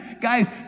Guys